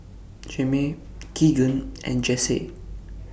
Jame Keagan and Jase